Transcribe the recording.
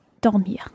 dormir